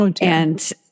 and-